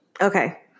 Okay